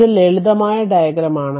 ഇത് ലളിതമായ ഡയഗ്രമാണ്